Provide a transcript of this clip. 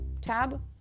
tab